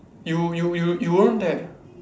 you you you you weren't there